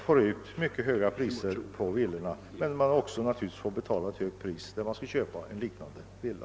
Men det innebär naturligtvis också att man i sådana fall får betala ett högt pris när man skall köpa en annan villa.